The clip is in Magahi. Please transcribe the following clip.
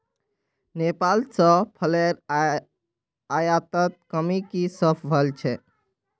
नेपाल स फलेर आयातत कमी की स वल छेक